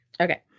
okay